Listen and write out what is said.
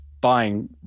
buying